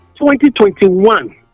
2021